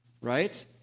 right